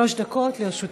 שלוש דקות לרשותך.